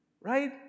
right